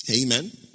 Amen